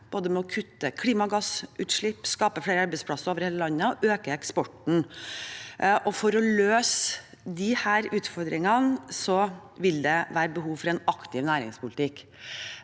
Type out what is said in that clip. vi må kutte klimagassutslipp, skape flere arbeidsplasser over hele landet og øke eksporten. For å løse disse utfordringene vil det være behov for en aktiv næringspolitikk.